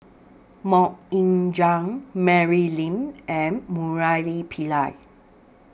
Mok Ying Jang Mary Lim and Murali Pillai